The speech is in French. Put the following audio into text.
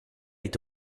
est